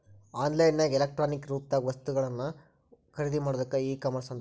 on line ನ್ಯಾಗ electronic ರೂಪ್ದಾಗ್ ಉತ್ಪನ್ನಗಳನ್ನ ಖರಿದಿಮಾಡೊದಕ್ಕ ಇ ಕಾಮರ್ಸ್ ಅಂತಾರ